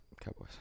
Cowboys